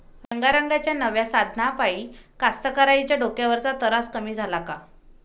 रंगारंगाच्या नव्या साधनाइपाई कास्तकाराइच्या डोक्यावरचा तरास कमी झाला का?